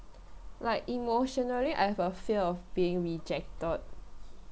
like emotionally I have a fear of being rejected